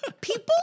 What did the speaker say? People